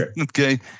okay